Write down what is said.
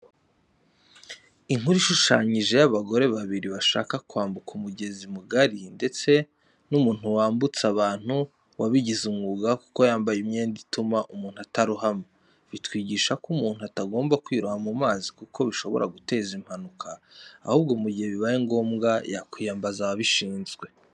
Inkuru ishushanyije y'abagore babiri bashaka kwambuka umugezi mugari ndetse n'umuntu wambutsa abantu wabigize umwuga kuko yambaye imyenda ituma umuntu atarohama. Bitwigisha ko umuntu atagomba kwiroha mu mazi kuko bishobora guteza impanuka, ahubwo mu gihe bibaye ngombwa yakwiyambaza ababishinzwe .